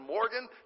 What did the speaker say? Morgan